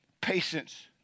patience